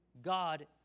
God